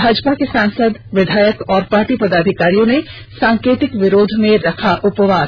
भाजपा के सांसद विधायक और पार्टी पदाधिकारियों ने सांकेतिक विरोध में रखा उपवास